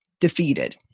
defeated